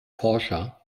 forscher